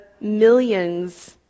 millions